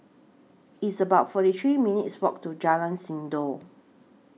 It's about forty three minutes' Walk to Jalan Sindor